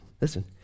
listen